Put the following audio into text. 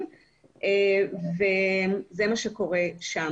זה דורש הרבה יותר זמן ממשקים רגילים ואני אסביר למה